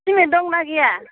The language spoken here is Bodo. सिमेन्ट दं ना गैया